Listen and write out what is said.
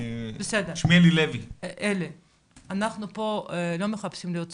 אנחנו לא מחפשים להיות צודק,